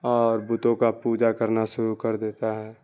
اور بتوں کا پوجا کرنا شروع کر دیتا ہے